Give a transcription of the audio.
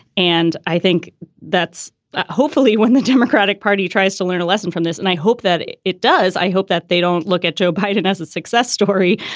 and i think that's hopefully when the democratic party tries to learn a lesson from this. and i hope that it it does. i hope that they don't look at joe biden as a success story,